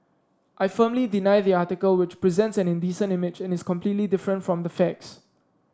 I firmly deny the article which presents an indecent image and is completely different from the facts